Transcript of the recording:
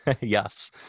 Yes